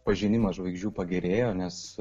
pažinimas žvaigždžių pagerėjo nes